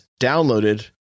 downloaded